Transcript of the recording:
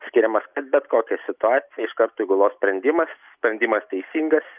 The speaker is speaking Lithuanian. skiriamas bet kokią situaciją iškart įgulos sprendimas sprendimas teisingas